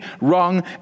wrong